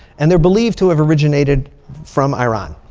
and they're believed to have originated from iran.